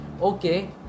Okay